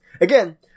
again